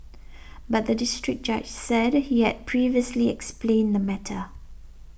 but the District Judge said he had previously explained the matter